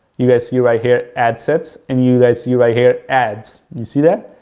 you guys see right here ad sets, and you guys see right here ads. you see that?